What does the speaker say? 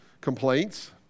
complaints